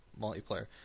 multiplayer